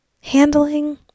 Handling